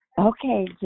Okay